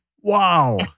Wow